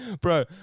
bro